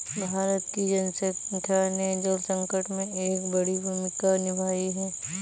भारत की जनसंख्या ने जल संकट में एक बड़ी भूमिका निभाई है